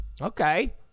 Okay